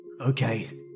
Okay